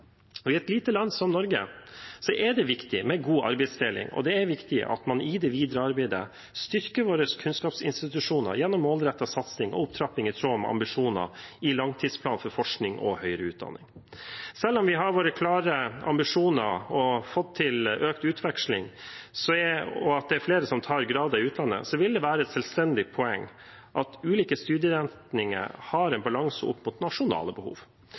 I et lite land som Norge er det viktig med god arbeidsdeling, og det er viktig at vi i det videre arbeidet styrker våre kunnskapsinstitusjoner gjennom målrettet satsing og opptrapping i tråd med ambisjonene i langtidsplanen for forskning og høyere utdanning. Selv om vi har våre klare ambisjoner og har fått til økt utveksling og at flere tar grader i utlandet, vil det være et selvstendig poeng at ulike studieretninger har en balanse opp mot nasjonale behov.